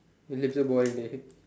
later boring dey